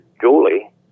Julie